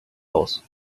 aus